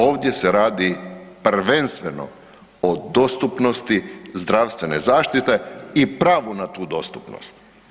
Ovdje se radi prvenstveno o dostupnosti zdravstvene zaštite i pravu na tu dostupnost.